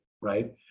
right